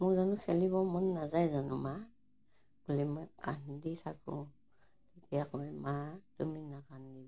মোৰ জানো খেলিব মন নাযায় জানো মা বুলি মই কান্দি থাকোঁ তেতিয়া কয় মা তুমি নাকান্দিবা